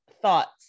thoughts